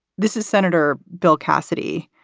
this is senator bill cassidy,